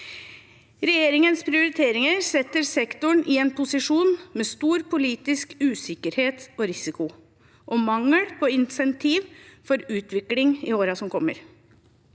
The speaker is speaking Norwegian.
Regjeringens prioriteringer setter sektoren i en posisjon med stor politisk usikkerhet og risiko og mangel på insentiv for utvikling i årene som kommer.